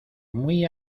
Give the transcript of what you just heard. muy